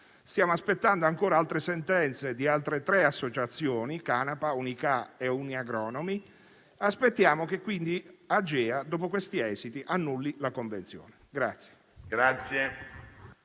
Stiamo aspettando ancora le sentenze di altre tre associazioni (Canapa, Unicaa e Uniagronomi). Aspettiamo, quindi, che Agea, dopo questi esiti, annulli la convenzione.